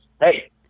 hey